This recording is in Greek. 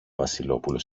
βασιλόπουλο